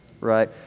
Right